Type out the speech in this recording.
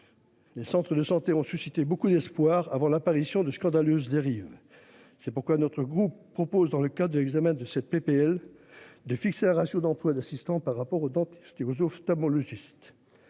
Les centres de santé ont suscité beaucoup d'espoir, avant l'apparition de scandaleuse dérive. C'est pourquoi notre groupe propose dans le cas de l'examen de cette PPL de fixer un ratio d'emploi d'assistants par rapport au dentiste il aux ophtalmologiste.